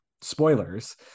spoilers